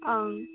ꯑꯪ